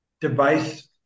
device